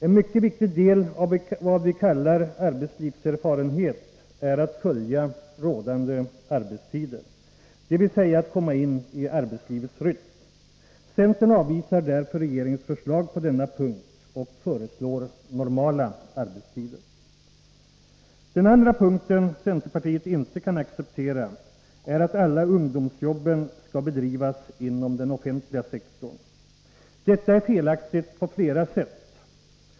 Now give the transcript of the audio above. En mycket viktig del av vad vi kallar arbetslivserfarenhet grundar sig på att följa rådande arbetstider, dvs. att komma in i arbetslivets rytm. Centern avvisar därför regeringens förslag på denna punkt och föreslår normala arbetstider. Den andra punkten centerpartiet inte kan acceptera är att alla ungdomsjobben skall bedrivas inom den offentliga sektorn. Detta är felaktigt på flera sätt.